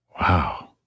Wow